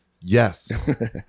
yes